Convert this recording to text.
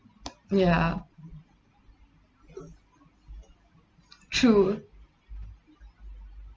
ya sure